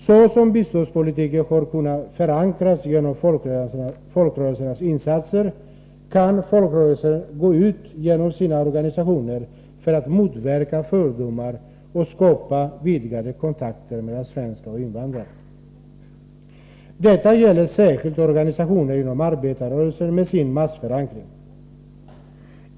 Så som biståndspolitiken har kunnat förankras genom folkrörelsernas insatser, kan folkrörelserna gå ut genom sina organisationer för att motverka fördomar och skapa vidgade kontakter mellan svenskar och invandrare. Detta gäller särskilt organisationer inom arbetarrörelsen, med sin massförankring.